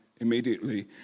immediately